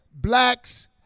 blacks